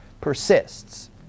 persists